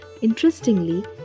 Interestingly